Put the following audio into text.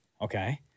okay